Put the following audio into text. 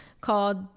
called